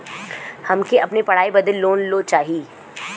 हमके अपने पढ़ाई बदे लोन लो चाही?